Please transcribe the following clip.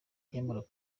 diamond